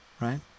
right